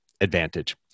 advantage